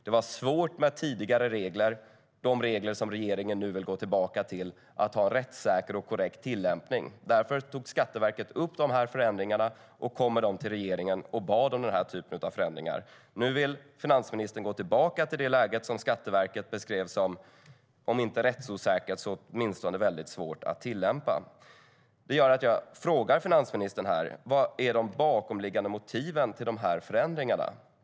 Det var svårt med de tidigare reglerna - de regler som regeringen nu vill gå tillbaka till - att få en rättssäker och korrekt tillämpning. Därför tog Skatteverket upp frågan om förändringarna med regeringen och bad om den typen av förändringar. Nu vill finansministern gå tillbaka till det läge som Skatteverket beskrev som om inte rättsosäkert så åtminstone svårt att tillämpa. Vad är de bakomliggande motiven till förändringarna?